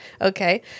okay